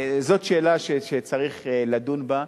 זאת שאלה שצריך לדון בה.